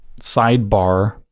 sidebar